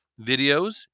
videos